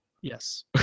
Yes